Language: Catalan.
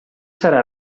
serà